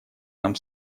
нам